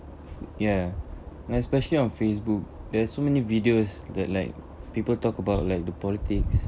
ya you know especially on facebook there's so many videos that like people talk about like the politics